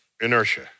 inertia